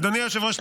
אדוני היושב-ראש,